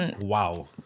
Wow